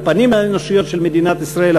הפנים האנושיות של מדינת ישראל,